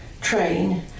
train